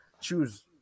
choose